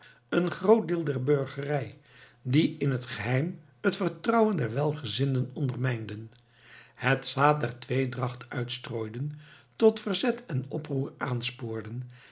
een groot deel der burgerij die in het geheim het vertrouwen der welgezinden ondermijnden het zaad der tweedracht uitstrooiden tot verzet en oproer aanspoorden